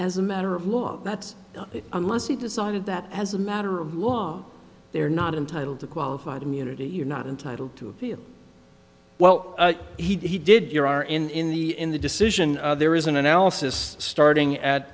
as a matter of law that's it unless he decided that as a matter of law they're not entitled to qualified immunity you're not entitled to appeal well he did your are in in the in the decision there is an analysis starting at